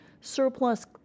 surplus